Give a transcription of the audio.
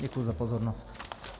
Děkuji za pozornost.